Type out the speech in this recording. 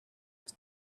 its